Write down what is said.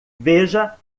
veja